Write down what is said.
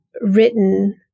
written